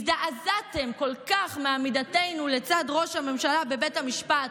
הזדעזעתם כל כך מעמידתנו לצד ראש הממשלה בבית המשפט,